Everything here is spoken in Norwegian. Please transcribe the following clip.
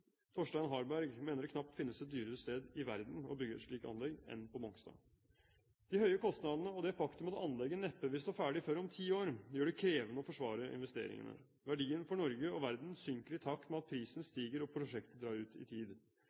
Torstein Haarberg, mener det knapt finnes et dyrere sted i verden å bygge et slikt anlegg enn på Mongstad. De høye kostnadene og det faktum at anlegget neppe vil stå ferdig før om ti år, gjør det krevende å forsvare investeringene. Verdien for Norge og verden synker i takt med at prisen stiger og prosjektet drar ut i tid.